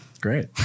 Great